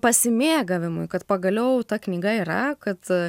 pasimėgavimui kad pagaliau ta knyga yra kad